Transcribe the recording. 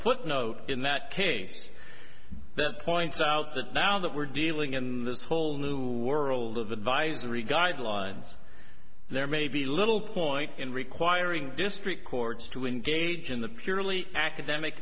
footnote in that case that points out that now that we're dealing in this whole new world of advisory guidelines there may be little point in requiring district courts to engage in the purely academic